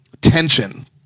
tension